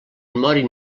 morin